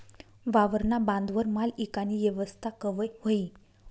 वावरना बांधवर माल ईकानी येवस्था कवय व्हयी?